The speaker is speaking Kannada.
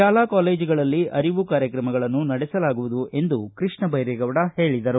ಶಾಲಾ ಕಾಲೇಜುಗಳಲ್ಲಿ ಅರಿವು ಕಾರ್ಯಕ್ರಮಗಳನ್ನು ನಡೆಸಲಾಗುವುದು ಎಂದು ಕೃಷ್ಣ ಬೈರೇಗೌಡ ಹೇಳದರು